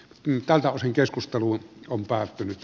tältä osin keskustelu on päättynyt